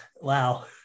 Wow